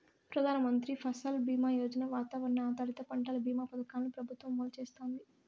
ప్రధాన మంత్రి ఫసల్ బీమా యోజన, వాతావరణ ఆధారిత పంటల భీమా పథకాలను ప్రభుత్వం అమలు చేస్తాంది